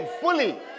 fully